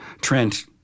Trent